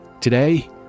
Today